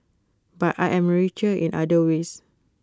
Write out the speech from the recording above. but I am richer in other ways